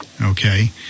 Okay